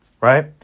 right